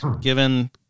given